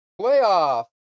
playoff